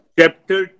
Chapter